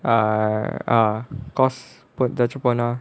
err err cost எதாச்சி பண்ண:ethachi panna